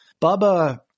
Bubba